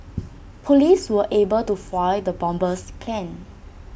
Police were able to foil the bomber's plans